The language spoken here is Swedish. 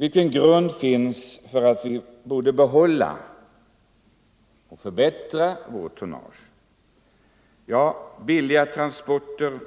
Vilken grund finns för att vi borde behålla och förbättra vårt tonnage? Ja, sjötransporter av det